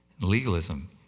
legalism